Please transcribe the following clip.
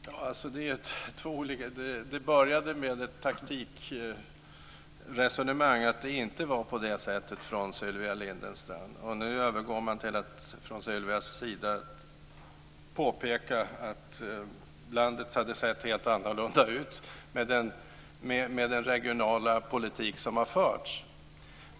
Herr talman! Det började med ett taktikresonemang från Sylvia Lindgren om att det inte var på detta sätt. Nu övergår Sylvia till att framhålla att landet hade sett helt annorlunda ut utan den regionala politik som har förts.